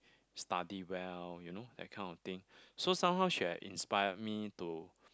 study well you know that kind of thing so somehow she had inspired me to